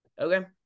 Okay